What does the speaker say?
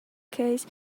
case